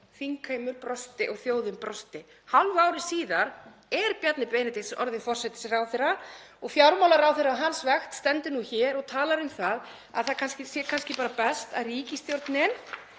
Þingheimur brosti og þjóðin brosti. Hálfu ári síðar er Bjarni Benediktsson orðinn forsætisráðherra. Fjármálaráðherra á hans vakt stendur nú hér og talar um það að það sé kannski bara best að ríkisstjórnin,